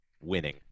winning